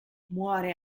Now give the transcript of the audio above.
muore